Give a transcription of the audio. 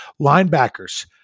Linebackers